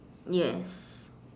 yes